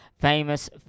famous